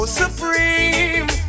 supreme